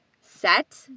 set